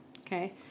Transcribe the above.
Okay